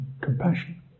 compassion